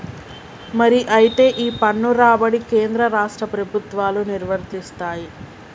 మరి అయితే ఈ పన్ను రాబడి కేంద్ర రాష్ట్ర ప్రభుత్వాలు నిర్వరిస్తాయి